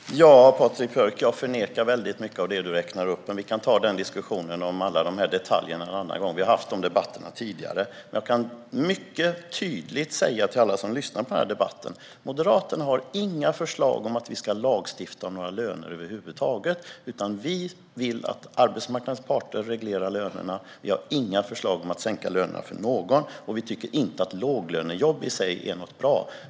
Herr talman! Ja, Patrik Björck, jag förnekar mycket av det du räknade upp, men vi kan ta diskussionen om alla detaljer en annan gång. Vi har haft dessa debatter tidigare. Till alla som lyssnar på denna debatt kan jag säga mycket tydligt: Moderaterna har inga förslag om att lagstifta om några löner över huvud taget, utan vi vill att arbetsmarknadens parter ska reglera lönerna. Vi har inga förslag om att sänka lönerna för någon, och vi tycker inte att låglönejobb i sig är bra.